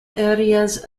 areas